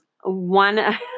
one